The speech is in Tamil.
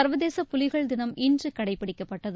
சர்வதேச புலிகள் தினம் இன்று கடைபிடிக்கப்பட்டது